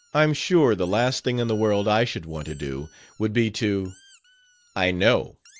i'm sure the last thing in the world i should want to do would be to i know.